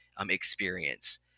Experience